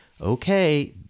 okay